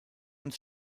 uns